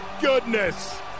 goodness